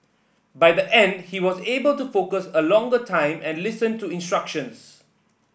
by the end he was able to focus a longer time and listen to instructions